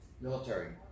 military